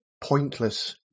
pointless